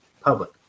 public